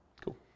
Cool